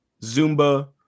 Zumba